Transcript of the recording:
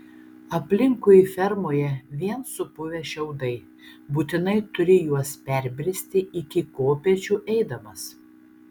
aplinkui fermoje vien supuvę šiaudai būtinai turi juos perbristi iki kopėčių eidamas